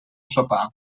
sopar